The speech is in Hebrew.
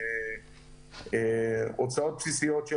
אפילו הוצאות בסיסיות.